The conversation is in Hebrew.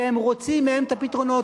שהם רוצים מהן את הפתרונות.